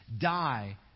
die